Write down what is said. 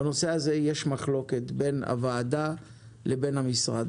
בנושא הזה יש מחלוקת בין הוועדה לבין המשרד.